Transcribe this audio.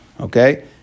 Okay